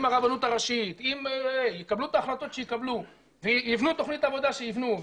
אם הרבנות הראשית יקבלו את ההחלטות שיקבלו ויבנו תוכנית עבודה שיבנו,